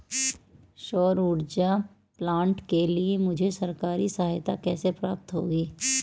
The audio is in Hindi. सौर ऊर्जा प्लांट के लिए मुझे सरकारी सहायता कैसे प्राप्त होगी?